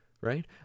right